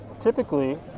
Typically